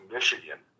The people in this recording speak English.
Michigan